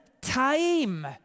time